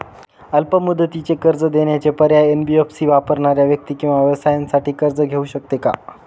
अल्प मुदतीचे कर्ज देण्याचे पर्याय, एन.बी.एफ.सी वापरणाऱ्या व्यक्ती किंवा व्यवसायांसाठी कर्ज घेऊ शकते का?